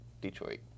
Detroit